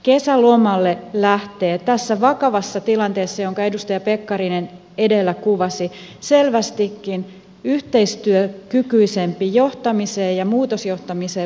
kesälomalle lähtee tässä vakavassa tilanteessa jonka edustaja pekkarinen edellä kuvasi selvästikin yhteistyökykyisempi johtamiseen ja muutosjohtamiseen valmis eduskunta